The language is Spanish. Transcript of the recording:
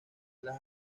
las